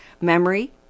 memory